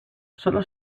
sólo